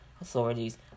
authorities